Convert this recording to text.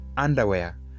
Underwear